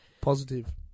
Positive